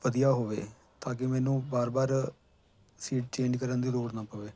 ਵਧੀਆ ਹੋਵੇ ਤਾਂ ਕਿ ਮੈਨੂੰ ਵਾਰ ਵਾਰ ਸੀਟ ਚੇਂਜ ਕਰਨ ਦੀ ਲੋੜ ਨਾ ਪਵੇ